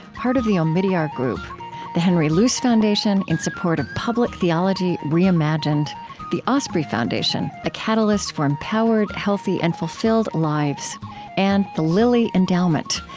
part of the omidyar group the henry luce foundation, in support of public theology reimagined the osprey foundation a catalyst for empowered, healthy, and fulfilled lives and the lilly endowment,